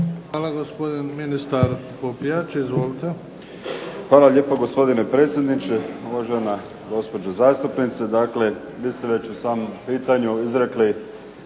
Hvala. Gospodin ministar Popijač. Izvolite. **Popijač, Đuro (HDZ)** Hvala lijepo. Gospodine predsjedniče, uvažena gospođo zastupnice. Dakle, vi ste već u samom pitanju izrekli